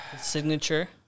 signature